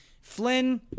Flynn